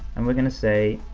and we're gonna say,